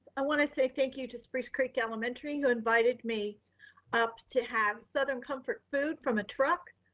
i wanna say thank you to spruce creek elementary, who invited me up to have southern comfort food from a truck?